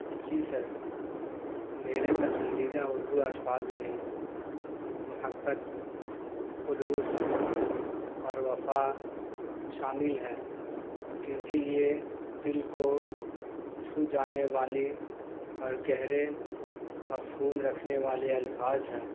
جی sir میرے پسندیدہ اردو الفاظ میں محبت خلوص اور وفا شامل ہے کیونکہ یہ دل کو چھو جانے والی اور گہرے مفہوم رکھنے والے الفاظ ہے